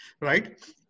Right